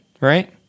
right